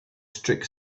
strict